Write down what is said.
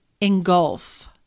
engulf